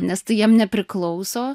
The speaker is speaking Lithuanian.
nes tai jiem nepriklauso